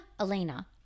Elena